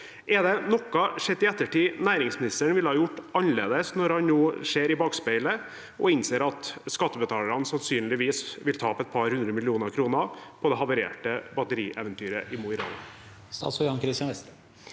er det noe næringsministeren ville ha gjort annerledes når han nå ser i bakspeilet og innser at skattebetalerne sannsynligvis vil tape et par hundre millioner kroner på det havarerte batterieventyret i Mo i Rana?